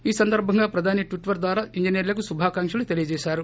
ఈ సందర్భంగా ప్రధాని ట్విటర్ ద్వారా ఇంజనీర్లకు శుభాకాంక్షలు తెలియజేసారు